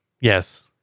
Yes